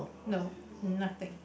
no nothing